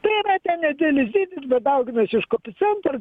tai yra ten nedidelis dydis bet dauginasi iš koeficiento ir